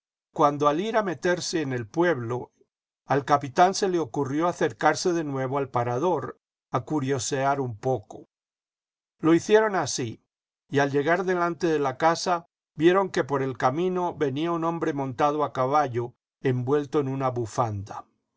cuando al ir a meterse en el pueblo al capitán se le ocurrió acercarse de nuevo al parador a curiosear un poco lo hicieron así y al llegar delante de la casa vieron que por el camino venía un hombre montado a caballo envuelto en una bufanda